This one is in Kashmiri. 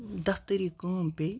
دَفتٔری کٲم پے